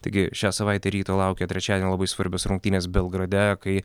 taigi šią savaitę ryto laukia trečiadienį labai svarbios rungtynės belgrade kai